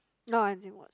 no I didn't